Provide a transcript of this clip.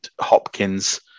Hopkins